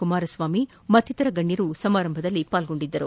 ಕುಮಾರಸ್ನಾಮಿ ಮಕ್ತಿತರ ಗಣ್ಣರು ಸಮಾರಂಭದಲ್ಲಿ ಪಾಲ್ಗೊಂಡಿದ್ದಾರೆ